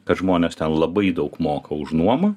kad žmonės tau labai daug moka už nuomą